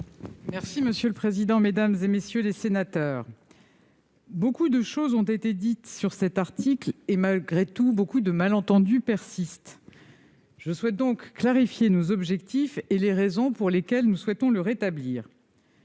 Monsieur le président, mesdames, messieurs les sénateurs, beaucoup de choses ont été dites sur cet article et, malgré tout, de nombreux malentendus persistent. Je souhaite donc clarifier nos objectifs et les raisons pour lesquelles nous souhaitons le rétablir.